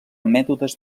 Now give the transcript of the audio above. mètodes